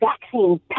vaccine